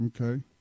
Okay